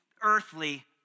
earthly